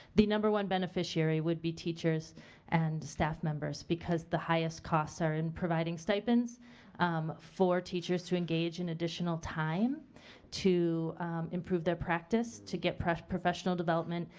the number one beneficiary would be teachers and staff members because the highest costs are in providing stipends for teachers to engage in additional time to improve their practice, to get professional development,